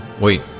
wait